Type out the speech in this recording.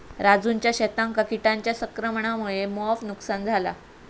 राजूच्या शेतांका किटांच्या संक्रमणामुळा मोप नुकसान झाला